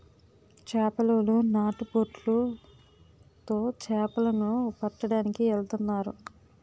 చేపలోలు నాటు బొట్లు తో చేపల ను పట్టడానికి ఎల్తన్నారు